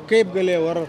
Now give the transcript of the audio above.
kaip galėjau ar